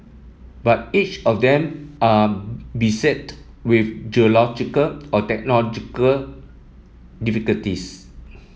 but each of them are beset with geological or technological difficulties